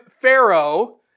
Pharaoh